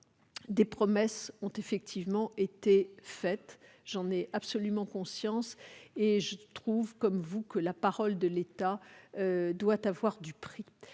Des promesses ont effectivement été faites, j'en ai bien conscience, et j'estime comme vous que la parole de l'État doit avoir du prix.